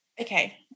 Okay